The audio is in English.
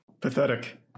Pathetic